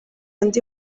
ndi